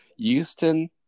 Houston